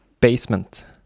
basement